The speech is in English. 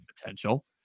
potential